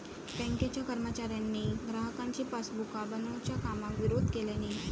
बँकेच्या कर्मचाऱ्यांनी ग्राहकांची पासबुका बनवच्या कामाक विरोध केल्यानी